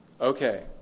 Okay